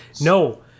No